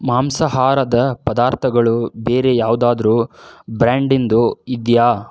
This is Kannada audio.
ಮಾಂಸಹಾರದ ಪದಾರ್ಥಗಳು ಬೇರೆ ಯಾವುದಾದ್ರು ಬ್ರ್ಯಾಂಡಿಂದು ಇದೆಯಾ